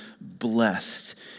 blessed